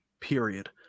period